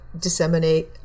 disseminate